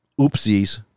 Oopsies